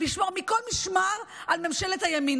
לשמור מכל משמר על ממשלת הימין.